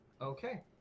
Okay